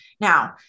Now